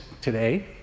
today